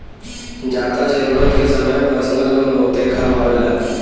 जादा जरूरत के समय परसनल लोन बहुते काम आवेला